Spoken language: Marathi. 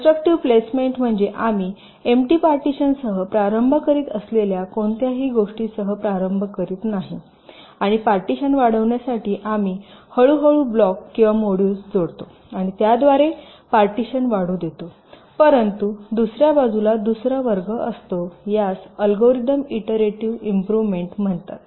कन्स्ट्रक्टिव्ह प्लेसमेंट म्हणजे आम्ही एम्पटी पार्टिशनसह प्रारंभ करीत असलेल्या कोणत्याही गोष्टीसह प्रारंभ करीत नाही आणि पार्टीशन वाढवण्यासाठी आम्ही हळूहळू ब्लॉक किंवा मॉड्यूल्स जोडतो आणि त्याद्वारे पार्टीशन वाढू देतो परंतु दुसर्या बाजूला दुसरा वर्ग असतो यास अल्गोरिदम इटरेटिव्ह इम्प्रोव्हमेन्ट म्हणतात